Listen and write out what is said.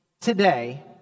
today